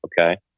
okay